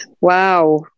Wow